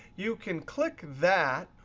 you can click that,